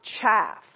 chaff